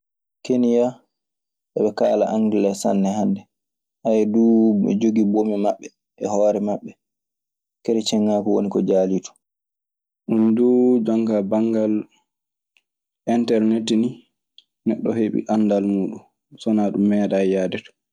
Kenya, eɓe kaala angele sanne hannde. Eɓe jogii bomi maɓɓe e hoore maɓɓe. Kercieŋaagu woni ko jaalii ton. Ɗun duu jon kaa banngal enternet nii, neɗɗo heɓi anndal muuɗun. So wanaa ɗun mi meeɗaayi yahde ton.